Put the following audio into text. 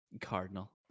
Cardinal